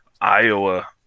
Iowa